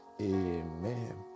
Amen